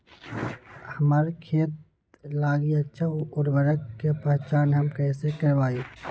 हमार खेत लागी अच्छा उर्वरक के पहचान हम कैसे करवाई?